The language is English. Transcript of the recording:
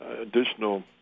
additional